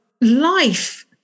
life